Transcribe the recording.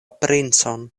princon